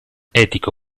etico